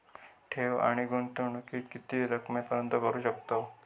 ठेव आणि गुंतवणूकी किती रकमेपर्यंत करू शकतव?